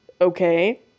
okay